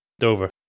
Dover